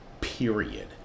period